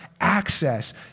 access